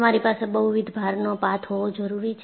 તમારી પાસે બહુવિધ ભારનો પાથ હોવો જરૂરી છે